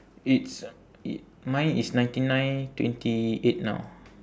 it's i~ mine is ninety nine twenty eight now